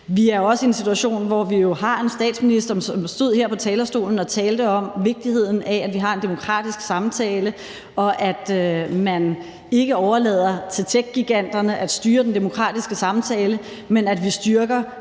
Vi er også i en situation, hvor vi jo har en statsminister, som stod her på talerstolen og talte om vigtigheden af, at vi har en demokratisk samtale, og at man ikke overlader til techgiganterne at styre den demokratiske samtale, men at vi styrker